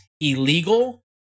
illegal